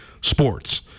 sports